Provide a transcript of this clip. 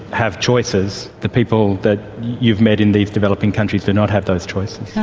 have choices, the people that you've met in these developing countries do not have those choices. yeah